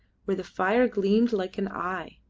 where the fire gleamed like an eye.